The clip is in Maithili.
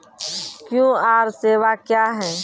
क्यू.आर सेवा क्या हैं?